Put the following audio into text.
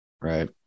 Right